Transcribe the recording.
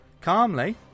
Calmly